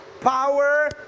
power